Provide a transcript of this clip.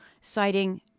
citing